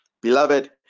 Beloved